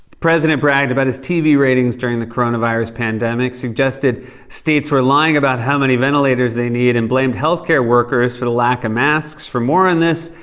president bragged about his tv ratings during the coronavirus pandemic, suggested states were lying about how many ventilators they need and blamed health care workers for the lack of masks. for more on this,